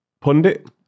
Pundit